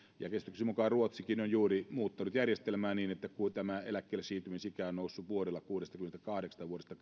ja käsitykseni mukaan ruotsikin on juuri muuttanut järjestelmää niin että eläkkeellesiirtymisikä on noussut vuodella kuusikymmentäkahdeksan vuodesta